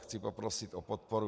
Chci poprosit o podporu.